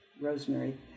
Rosemary